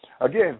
Again